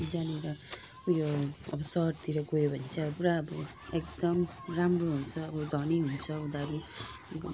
जहाँनेर उयो अब सहरतिर गयो भने चाहिँ अब पुरा अब एकदम राम्रो हुन्छ उयो धनी हुन्छ उनीहरू